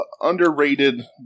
underrated